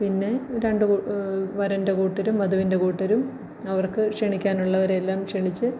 പിന്നെ രണ്ട് വരൻ്റെ കൂട്ടരും വധുവിൻ്റെ കൂട്ടരും അവർക്ക് ക്ഷണിക്കാൻ ഉള്ളവരെയെല്ലാം ക്ഷണിച്ച്